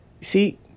See